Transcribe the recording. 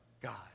God